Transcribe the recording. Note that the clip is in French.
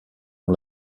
ont